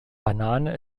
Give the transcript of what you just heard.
banane